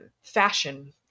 fashion